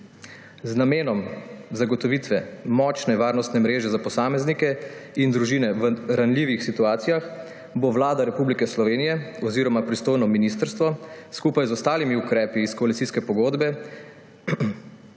Z namenom zagotovitve močne varnostne mreže za posameznike in družine v ranljivih situacijah bosta Vlada Republike Slovenije oziroma pristojno ministrstvo skupaj z ostalimi ukrepi iz koalicijske pogodbe